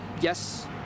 Yes